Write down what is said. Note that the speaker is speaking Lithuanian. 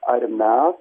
ar mes